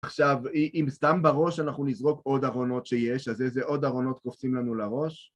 עכשיו, אם סתם בראש אנחנו נזרוק עוד ארונות שיש, אז איזה עוד ארונות קופצים לנו לראש?